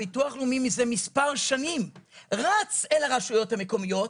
הביטוח הלאומי מזה מספר שנים רץ אל הרשויות המקומיות,